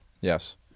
Yes